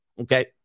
okay